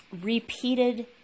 repeated